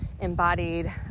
embodied